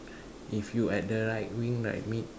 if you at the right wing right mid